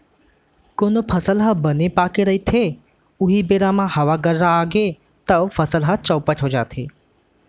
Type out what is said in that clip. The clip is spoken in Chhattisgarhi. कोनो फसल ह बने पाके रहिथे उहीं बेरा म हवा गर्रा आगे तव फसल ह चउपट हो जाथे